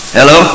Hello